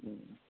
হুম